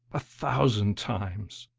a thousand times!